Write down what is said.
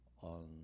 on